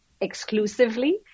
exclusively